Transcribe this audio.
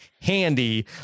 handy